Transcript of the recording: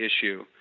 issue